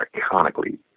iconically